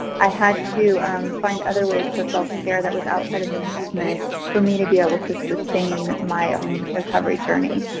i had to find other ways for self-care that was outside of the movement for me to be able to sustain my own recovery journey.